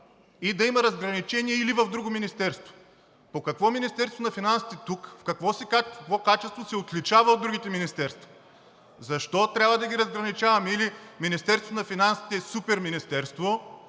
и да има разграничение „или в друго министерство“. По какво Министерството на финансите тук – в какво качество, се отличава от другите министерства?! Защо трябва да ги разграничаваме, или Министерството на финансите е супер министерство?!